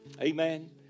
Amen